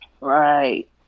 Right